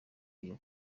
iyo